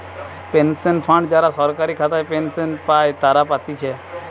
pension fund যারা সরকারি খাতায় পেনশন পাই তারা পাতিছে